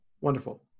Wonderful